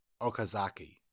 Okazaki